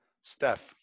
Steph